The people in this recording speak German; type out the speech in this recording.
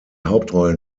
hauptrollen